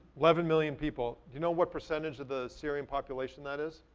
eleven million people. you know what percentage of the syrian population that is?